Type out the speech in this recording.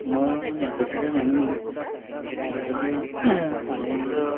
মই মাজুলীৰে মানুহ মাজুলীৰ পানী